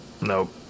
Nope